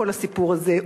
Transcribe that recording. הסיפור הזה,